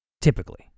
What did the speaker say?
typically